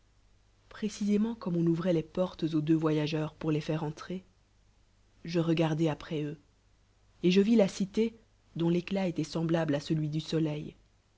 cisémep tcomme on ouvroit les portes auj deux voyageurs pour les faire entrer je regar dai après eux et je vis la cité dont l'éclat éloit sem blable celai du se